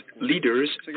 leaders